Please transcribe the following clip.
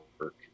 work